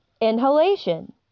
Inhalation